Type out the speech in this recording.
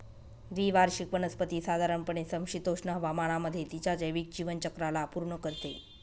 द्विवार्षिक वनस्पती साधारणपणे समशीतोष्ण हवामानामध्ये तिच्या जैविक जीवनचक्राला पूर्ण करते